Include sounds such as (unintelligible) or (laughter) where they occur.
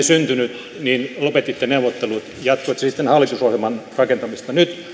(unintelligible) syntynyt niin lopetitte neuvottelut jatkoitte sitten hallitusohjelman rakentamista nyt